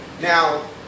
Now